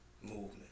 movement